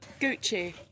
Gucci